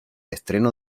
estreno